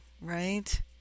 right